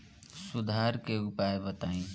सुधार के उपाय बताई?